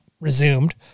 resumed